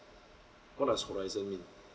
what does horizon mean